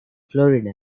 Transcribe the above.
florida